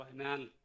Amen